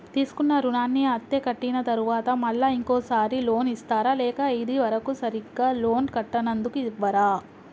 తీసుకున్న రుణాన్ని అత్తే కట్టిన తరువాత మళ్ళా ఇంకో సారి లోన్ ఇస్తారా లేక ఇది వరకు సరిగ్గా లోన్ కట్టనందుకు ఇవ్వరా?